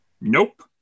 nope